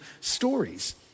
stories